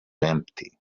empty